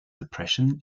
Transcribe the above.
depression